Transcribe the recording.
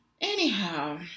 anyhow